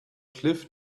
cliff